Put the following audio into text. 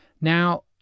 Now